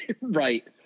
right